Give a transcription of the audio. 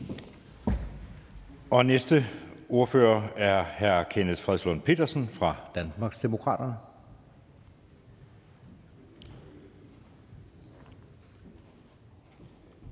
Næste ordfører er hr. Kenneth Fredslund Petersen fra Danmarksdemokraterne.